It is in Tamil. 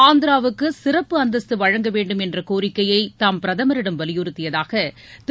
ஆந்திராவுக்கு சிறப்பு அந்தஸ்து வழங்க வேண்டும் என்ற கோரிக்கையை தாம் பிரமரிடம் வலியுறுத்தியதாக திரு